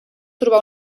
trobar